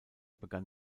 begann